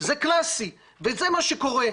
זה קלאסי וזה מה שקורה.